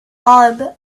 arab